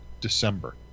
December